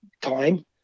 time